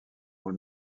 rôle